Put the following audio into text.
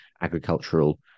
agricultural